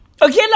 Okay